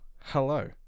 hello